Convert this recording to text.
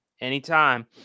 Anytime